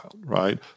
right